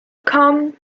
come